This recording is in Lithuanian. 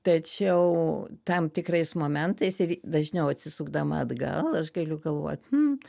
tačiau tam tikrais momentais ir dažniau atsisukdama atgal aš galiu galvoti hmmm